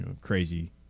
crazy